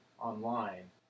online